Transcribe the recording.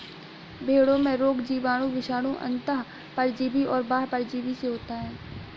भेंड़ों में रोग जीवाणु, विषाणु, अन्तः परजीवी और बाह्य परजीवी से होता है